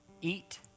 eat